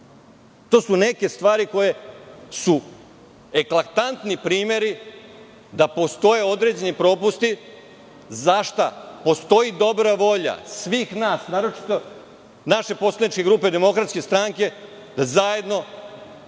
To su neke stvari koje su eklatantni primeri da postoje određeni propusti zašta postoji dobra volja svih nas, naročito naše poslaničke grupe DS, da zajedno,